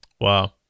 Wow